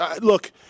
look